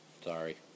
sorry